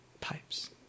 Pipes